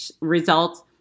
results